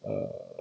err